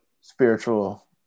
spiritual